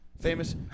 Famous